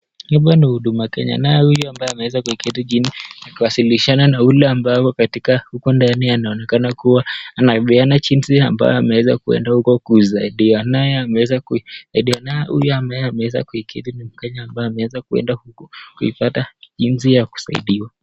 Hapa ni huduma Kenya naye huyu ambaye ameweza kuikidhi jini kuwasilishana na yule ambaye katika huko ndani anaonekana kuwa anavyoana jinsi ambaye ameweza kuenda huko kusaidiwa. Naye ameweza kusaidia naye huyu ambaye ameweza kuikidhi ni Mkenya ambaye ameweza kuenda huko kuipata jinsi ya kusaidiwa.